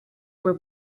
were